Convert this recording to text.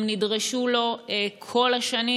הם נדרשו לכך כל השנים,